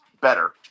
better